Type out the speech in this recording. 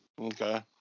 Okay